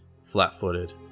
flat-footed